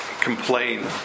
complain